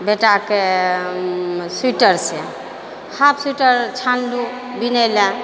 बेटाके स्वीटरसे half sweater छानलहुँ बिनै लए